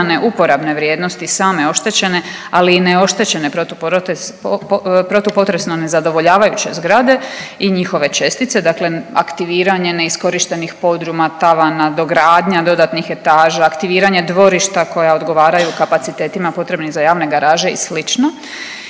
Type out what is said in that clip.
uporabne vrijednosti same oštećene, ali i neoštećene protupotresno nezadovoljavajuće zgrade i njihove čestice, dakle aktiviranje neiskorištenih podruma, tavana, dogradnja dodatnih etaža, aktiviranje dvorišta koja odgovaraju kapacitetima potrebnih za javne garaže i